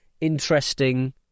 interesting